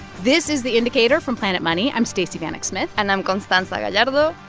this is the indicator from planet money. i'm stacey vanek smith and i'm constanza gallardo.